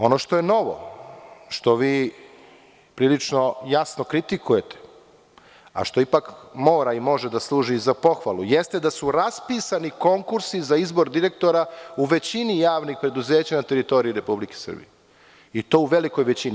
Ono što je novo, što vi prilično jasno kritikujete, a što ipak mora i može da služi za pohvalu, jeste da su raspisani konkursi za izbor direktora u većini javnih preduzeća na teritoriji Republike Srbije i to u velikoj većini.